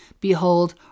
Behold